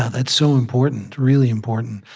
that's so important, really important,